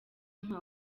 nka